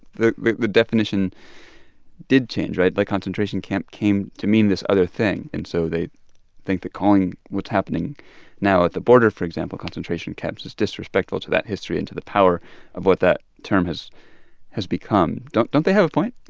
the the definition did change, right? like, concentration camp came to mean this other thing. and so they think that calling what's happening now at the border, for example, concentration camps is disrespectful to that history and to the power of what that term has has become. don't don't they have a point?